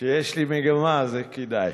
כשיש לי מגמה, אז זה כדאי.